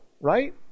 right